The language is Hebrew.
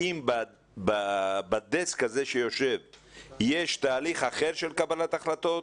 האם בדסק הזה שיושב יש תהליך אחר של קבלת החלטות?